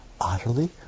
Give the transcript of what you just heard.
utterly